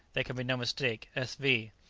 there can be no mistake. s. v.